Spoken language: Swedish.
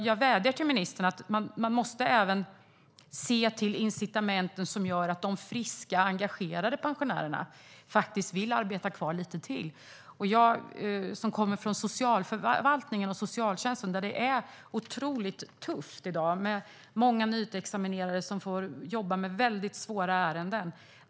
Jag vädjar till ministern: Man måste även se till incitamenten som gör att de friska engagerade pensionärerna vill arbeta kvar lite till. Jag kommer från socialförvaltningen och socialtjänsten. Där är det otroligt tufft i dag med många nyutexaminerade som får jobba med väldigt svåra ärenden.